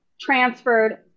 transferred